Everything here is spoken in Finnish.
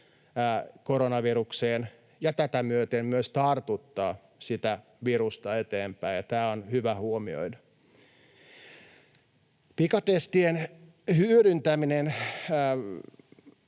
koronavirukseen ja tätä myöten myös tartuttaa sitä virusta eteenpäin, ja tämä on hyvä huomioida. Pikatestien hyödyntäminen